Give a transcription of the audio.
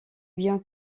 bien